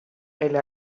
elle